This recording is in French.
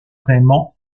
vraiment